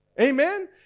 Amen